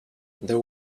there